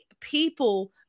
people